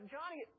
Johnny